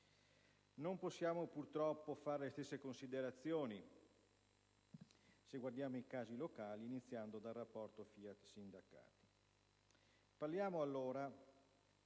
Non possiamo purtroppo fare le stesse considerazioni se guardiamo i casi locali, iniziando dal rapporto FIAT-sindacati.